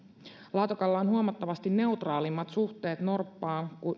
laatokalla on huomattavasti neutraalimmat suhteet norppaan